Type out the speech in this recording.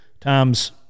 times